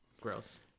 Gross